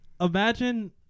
imagine